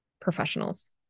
professionals